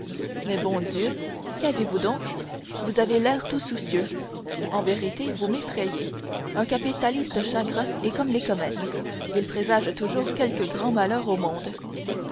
mais bon dieu qu'avez-vous donc vous avez l'air tout soucieux en vérité vous m'effrayez un capitaliste chagrin est comme les comètes il présage toujours quelque grand malheur au monde